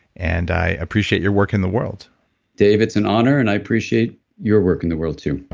and i appreciate your work in the world dave, it's an honor, and i appreciate your work in the world too